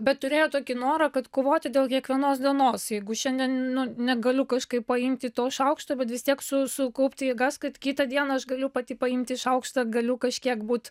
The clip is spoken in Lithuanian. bet turėjo tokį norą kad kovoti dėl kiekvienos dienos jeigu šiandien nu negaliu kažkaip paimti to šaukšto bet vis tiek su sukaupti jėgas kad kitą dieną aš galiu pati paimti šaukštą galiu kažkiek būt